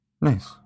Nice